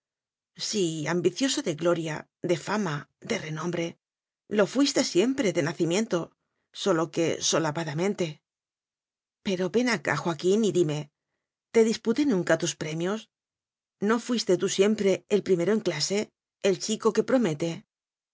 sí ambicioso de gloria de fama de re nombre lo fuiste siempre de nacimiento sólo que solapadamente pero ven acá joaquín y dime te dis puté nunca tus premios no fuiste tú siem pre el primero en clase el chico que promete